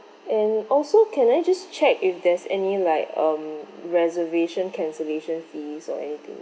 and also can I just check if there's any like um reservation cancellation fees or anything